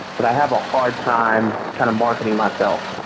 but i have a hard time kind of marketing myself.